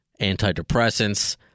antidepressants